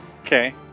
okay